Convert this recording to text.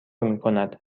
میکند